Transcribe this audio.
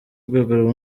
rwego